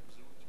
אני חושב,